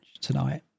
tonight